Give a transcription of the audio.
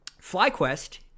FlyQuest